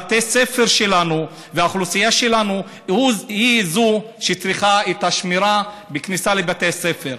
בתי הספר שלנו והאוכלוסייה שלנו הם שצריכים את השמירה בכניסה לבתי הספר.